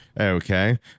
Okay